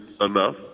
enough